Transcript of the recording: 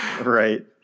Right